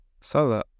Salah